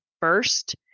first